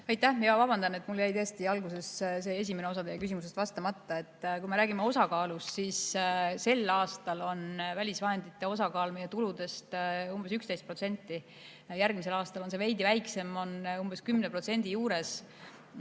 Aitäh! Jaa, vabandan, mul jäi tõesti alguses see esimene osa teie küsimusest vastamata. Kui me räägime osakaalust, siis sel aastal on välisvahendite osakaal meie tuludest umbes 11%. Järgmisel aastal on see veidi väiksem, umbes 10% juures.